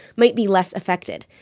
might be less affected.